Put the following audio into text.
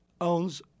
owns